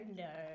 no